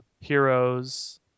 Heroes